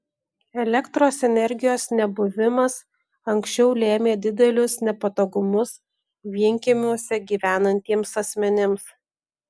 elektros energijos nebuvimas anksčiau lėmė didelius nepatogumus vienkiemiuose gyvenantiems asmenims